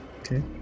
Okay